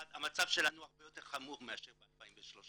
האחד, המצב שלנו הרבה יותר חמור מאשר ב-2013.